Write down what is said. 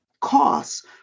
costs